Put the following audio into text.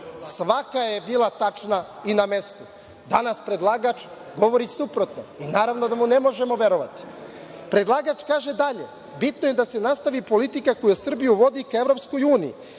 1244.Svaka je bila tačna i na mestu. Danas predlagač govori suprotno i naravno da mu ne možemo verovati. Predlagač kaže dalje – bitno je da se nastavi politika koja Srbiju vodi ka EU, kao i